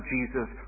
Jesus